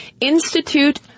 institute